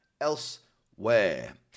elsewhere